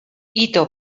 ito